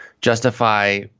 justify